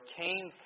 came